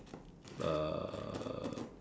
uh